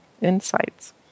insights